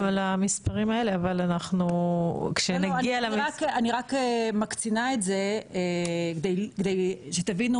כשנגיע למספרים האלה --- אני רק מקצינה את זה כדי שתבינו